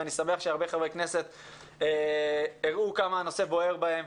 ואני שמח שהרבה חברי כנסת הראו כמה הנושא בוער בהם.